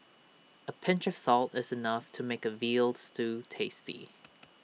A pinch of salt is enough to make A Veal Stew tasty